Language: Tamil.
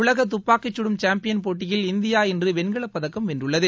உலக துப்பாக்கிக்கடும் காம்பியன் போட்டியில் இந்தியா இன்று வெண்கலப்பதக்கம் வென்றுள்ளது